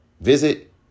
Visit